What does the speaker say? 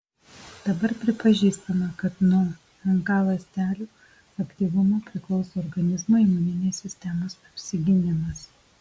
dabar pripažįstama kad nuo nk ląstelių aktyvumo priklauso organizmo imuninės sistemos apsigynimas